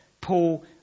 Paul